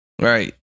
Right